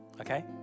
okay